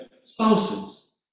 spouses